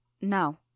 No